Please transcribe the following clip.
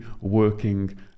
working